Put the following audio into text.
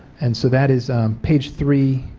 and so that is page three